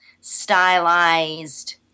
stylized